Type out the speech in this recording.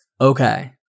Okay